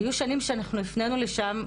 היו שנים שאנחנו הפנינו לשם,